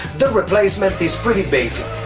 the replacement is pretty basic,